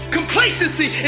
Complacency